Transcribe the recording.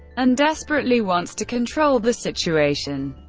and desperately wants to control the situation.